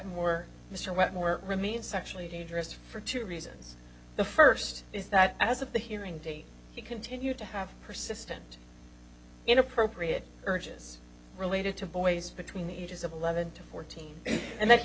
wetmore mr wetmore remains sexually dangerous for two reasons the first is that as of the hearing date he continued to have persistent inappropriate urges related to boys between the ages of eleven to fourteen and that he